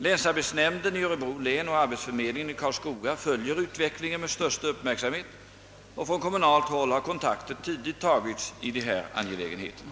Länsarbetsnämnden i Örebro län och arbetsförmedlingen i Karlskoga följer utvecklingen med största uppmärksamhet. Och från kommunalt håll har kontakter tidigt tagits i de här angelägenheterna.